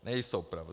Nejsou pravda.